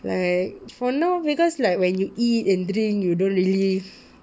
like for now because like when you eat and drink you don't really